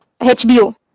HBO